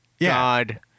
God